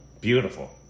Beautiful